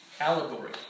Allegory